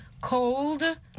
cold